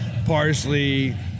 Parsley